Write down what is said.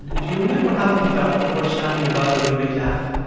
do you remember how you felt the first time you got a really big laugh?